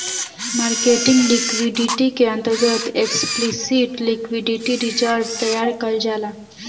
marketing liquidity के अंतर्गत explicit liquidity reserve तैयार कईल जाता